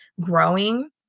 growing